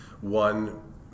One